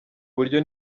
buryo